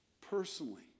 personally